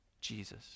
Jesus